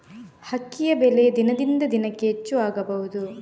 ಅಕ್ಕಿಯ ಬೆಲೆ ದಿನದಿಂದ ದಿನಕೆ ಹೆಚ್ಚು ಆಗಬಹುದು?